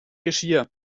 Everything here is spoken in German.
geschirr